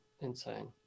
insane